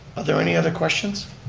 are there any other questions?